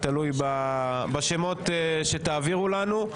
וזה תלוי בשמות שתעבירו לנו.